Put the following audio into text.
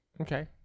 Okay